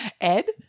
Ed